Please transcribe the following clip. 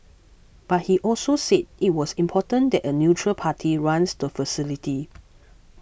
but he also said it was important that a neutral party runs the facility